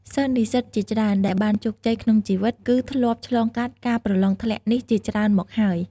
សិស្សនិស្សិតជាច្រើនដែលបានជោគជ័យក្នុងជីវិត គឺធ្លាប់ឆ្លងកាត់ការប្រលងធ្លាក់នេះជាច្រើនមកហើយ។